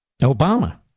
Obama